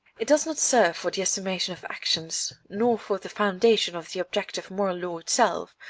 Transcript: it does not serve for the estimation of actions nor for the foundation of the objective moral law itself,